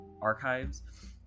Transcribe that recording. archives